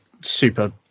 super